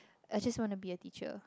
I just wanna be a teacher